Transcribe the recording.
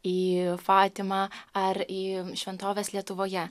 į fatimą ar į šventoves lietuvoje